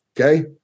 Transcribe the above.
Okay